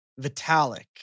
Vitalik